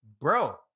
bro